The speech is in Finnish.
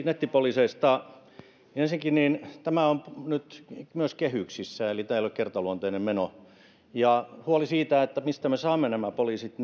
nettipoliiseista ensinnäkin tämä on nyt myös kehyksissä eli tämä ei ole kertaluonteinen meno ja huoleen siitä mistä me saamme nämä poliisit